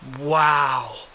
Wow